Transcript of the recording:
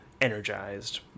energized